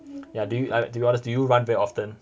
yeah do you to be honest do you run very often